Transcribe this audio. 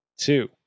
two